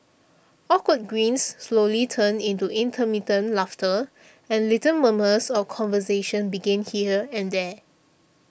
awkward grins slowly turned into intermittent laughter and little murmurs of conversation began here and there